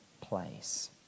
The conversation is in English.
place